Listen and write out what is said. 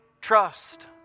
trust